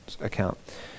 account